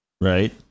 Right